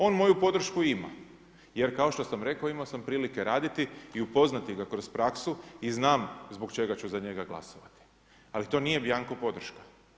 On moju podršku ima jer kao što sam rekao, imao sam prilike raditi i upoznati ga kroz praksu i znam zbog čega ću za njega glasati ali to nije bianco podrška.